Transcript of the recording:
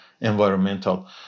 environmental